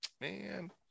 man